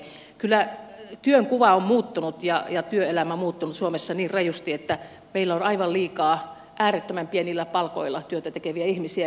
kyllä työnkuva on muuttunut ja työelämä muuttunut suomessa niin rajusti että meillä on aivan liikaa äärettömän pienillä palkoilla työtä tekeviä ihmisiä